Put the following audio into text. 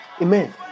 Amen